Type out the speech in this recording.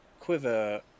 quiver